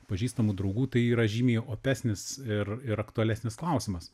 pažįstamų draugų tai yra žymiai opesnis ir ir aktualesnis klausimas